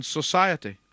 society